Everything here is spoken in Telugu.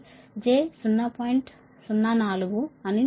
04 నేను భావిస్తున్నాను